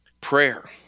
Prayer